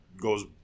goes